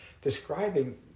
describing